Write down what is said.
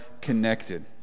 connected